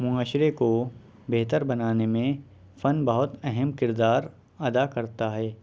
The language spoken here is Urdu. معاشرے کو بہتر بنانے میں فن بہت اہم کردار ادا کرتا ہے